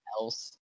else